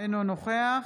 אינו נוכח